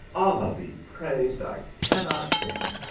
allah be praised, i cannot sing.